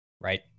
right